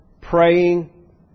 praying